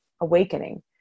awakening